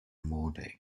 mode